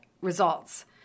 results